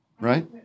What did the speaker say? Right